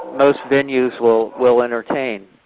most venues will will entertain.